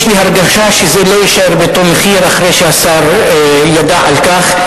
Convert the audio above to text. יש לי הרגשה שזה לא יישאר באותו מחיר אחרי שהשר ידע על כך.